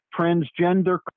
transgender